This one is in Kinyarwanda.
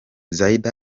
zeid